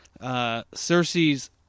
Cersei's